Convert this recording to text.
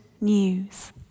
news